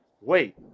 wait